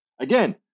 again